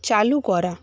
চালু করা